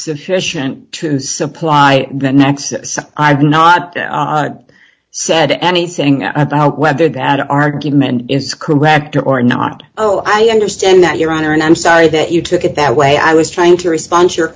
sufficient to supply the next i've not said anything about whether that argument is correct or not oh i understand that your honor and i'm sorry that you took it that way i was trying to respond to your